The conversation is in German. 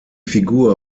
figur